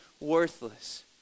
worthless